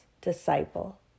Disciple